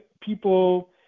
people